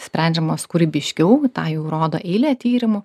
sprendžiamos kūrybiškiau tą jau rodo eilė tyrimų